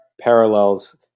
parallels